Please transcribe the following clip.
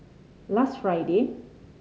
last Friday